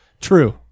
True